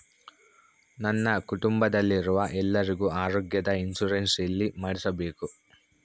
ನನ್ನ ಕುಟುಂಬದಲ್ಲಿರುವ ಎಲ್ಲರಿಗೂ ಆರೋಗ್ಯದ ಇನ್ಶೂರೆನ್ಸ್ ಎಲ್ಲಿ ಮಾಡಿಸಬೇಕು?